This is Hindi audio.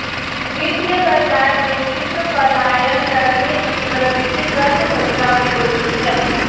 वित्तीय बाजार में शीघ्र पलायन करने की प्रवृत्ति गर्म मुद्रा में होती है